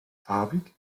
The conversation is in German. farbig